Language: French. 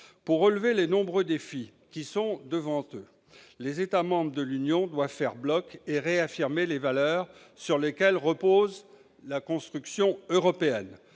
Pour relever les nombreux défis qui sont devant eux, les États membres de l'Union doivent faire bloc et réaffirmer les valeurs sur lesquelles repose la construction européenne.